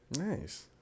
Nice